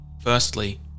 Firstly